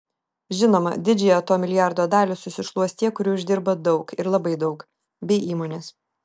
žinoma didžiąją to milijardo dalį susišluos tie kurie uždirba daug ir labai daug bei įmonės